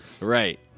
right